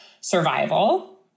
survival